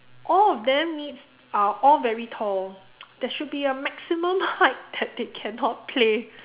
all of them needs are all very tall there should be a maximum height that they cannot play